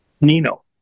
Nino